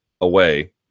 away